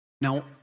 Now